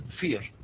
fear